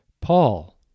Paul